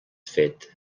fet